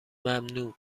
ممنوع